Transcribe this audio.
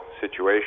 situation